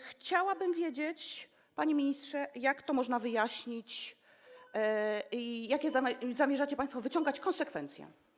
Chciałabym wiedzieć, panie ministrze, jak można to wyjaśnić i jakie zamierzacie państwo wyciągać konsekwencje.